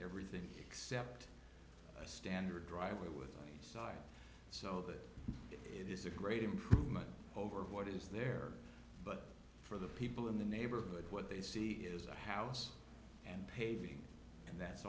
everything except a standard driveway with a side so that it is a great improvement over what is there but for the people in the neighborhood what they see is a house and paving and that